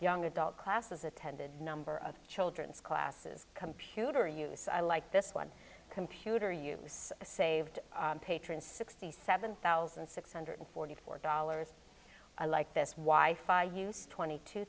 young adult classes attended number of children's classes computer use i like this one computer use saved patron sixty seven thousand six hundred forty four dollars a like this wife i use twenty two